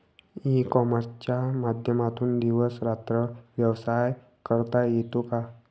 E कॉमर्सच्या माध्यमातून दिवस रात्र व्यवसाय करता येतो का?